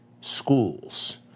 schools